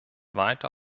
weiter